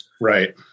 Right